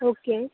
okay